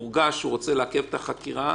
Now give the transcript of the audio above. ממילא יש הוראות התיישנות ארוכות במיוחד.